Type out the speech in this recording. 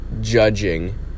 judging